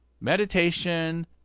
meditation